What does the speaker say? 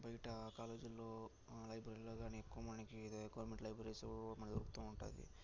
బయట కాలేజీల్లో లైబ్రరీలో కాని ఎక్కువ మనకి గవర్నమెంట్ లైబ్రరీస్ మనకు దొరుకుతూ ఉంటుంది